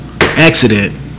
accident